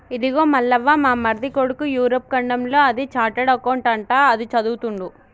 ఇదిగో మల్లవ్వ మా మరిది కొడుకు యూరప్ ఖండంలో అది చార్టెడ్ అకౌంట్ అంట అది చదువుతుండు